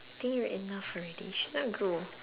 think you're enough already should not grow